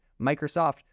Microsoft